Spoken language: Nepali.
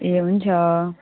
ए हुन्छ